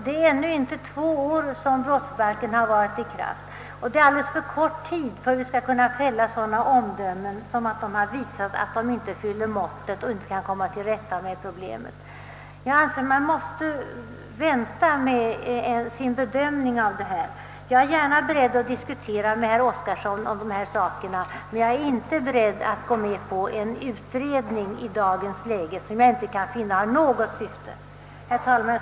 Det är ännu inte två år som brottsbalken har varit i kraft, och det är alldeles för kort tid för att vi skall kunna fälla sådana omdömen som att metoderna inte fyller måttet och man därför inte kommit till rätta med problemet. Man måste vänta med sin bedömning. Jag skall gärna diskutera med herr Oskarson om dessa saker, men jag är inte beredd att i dagens läge gå med på en utredning som inte kan fylla något syfte. Herr talman!